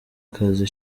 kazi